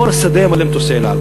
כל השדה היה מלא מטוסי "אל על".